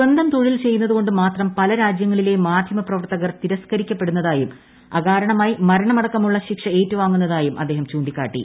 സ്വന്തം തൊഴിൽ ചെയ്യുന്നത് കൊണ്ട് മാത്രം പല രാജ്യങ്ങളിലെയും മാധ്യമ പ്രവർത്തകർ തിരസ്ക്കരിക്കപ്പെടുന്ന തായും അകാരണമായി മരണമടക്കമുള്ള ശിക്ഷ ഏറ്റുവാങ്ങുന്നതായും അദ്ദേഹം ചൂണ്ടിക്കാട്ടി